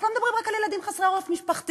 אנחנו לא מדברים רק על ילדים חסרי עורף משפחתי.